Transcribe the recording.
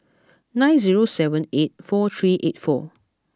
nine zero seven eight four three eight four